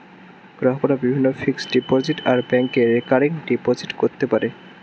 গ্রাহকরা বিভিন্ন fixed deposit আর ব্যাংকে রেকারিং ডিপোজিট করতে পারে